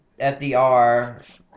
FDR